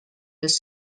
les